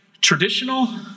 traditional